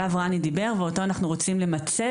אותו התקציב שעליו רני טריינין דיבר ואותו אנחנו רוצים למצב,